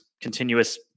continuous